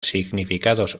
significados